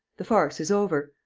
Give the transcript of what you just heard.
the farce is over.